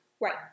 Right